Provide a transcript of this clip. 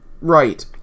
right